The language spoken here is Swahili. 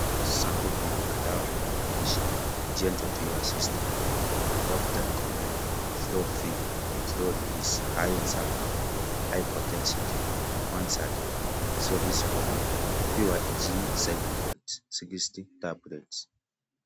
Sanduku hili la dawa lenye maandishi gentle to your system, doctor recommended , low iron supplements, high potencity, once a day, fewer side effects, 60 tablets .